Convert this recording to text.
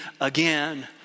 again